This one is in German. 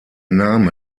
name